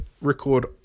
record